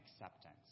acceptance